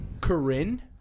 Corinne